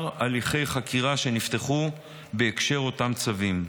הליכי חקירה שנפתחו בהקשר לאותם צווים.